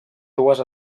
dues